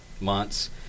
months